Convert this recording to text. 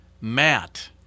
matt